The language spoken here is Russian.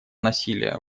насилия